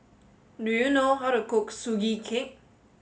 do you know how to cook Sugee Cake